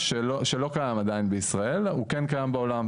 שלא קיים עדיין בישראל הוא כן קיים בעולם,